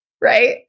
Right